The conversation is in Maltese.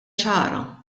ċara